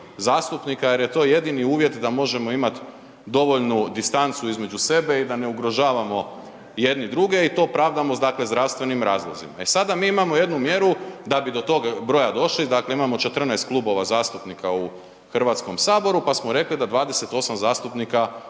zastupnika jer je to jedini uvjet da možemo imat dovoljnu distancu između sebe i da ne ugrožavamo jedni druge i to pravdamo dakle sa zdravstvenim razlozima. E sad da mi imamo jednu mjeru da bi do tog broja došli, dakle imamo 14 klubova zastupnika u Hrvatskom saboru pa smo rekli da 28 zastupnika